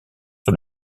sur